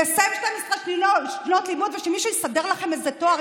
לסיים 12 שנות לימוד ושמישהו יסדר לכם איזה תואר,